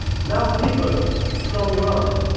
now people from iran,